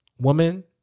woman